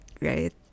right